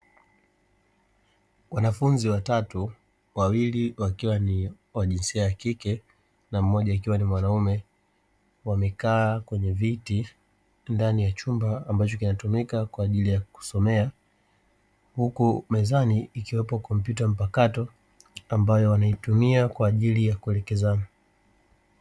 Wanafunzi watatu wawili wakiwa ni wa jinsia ya kike na mmoja akiwa ni mwanaume wamekaa kwenye viti ndani ya chumba ambacho kinatumika kwa ajili ya kusomea, huku mezani ikiwepo kompyuta mpakato ambayo wanaitumia kwa ajili ya kuelekezana.